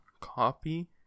copy